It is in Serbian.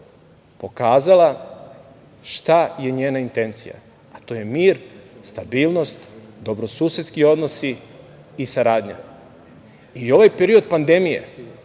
pokazala šta je njena intencija, a to je mir, stabilnost, dobrosusedski odnosi i saradnja. Ovaj period pandemije,